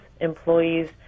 employees